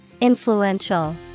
Influential